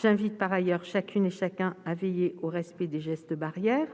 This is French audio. J'invite par ailleurs chacune et chacun à veiller au respect des gestes barrières,